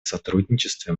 сотрудничестве